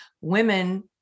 women